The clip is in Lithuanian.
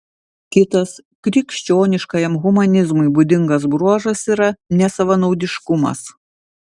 kitas krikščioniškajam humanizmui būdingas bruožas yra nesavanaudiškumas